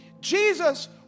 Jesus